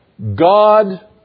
God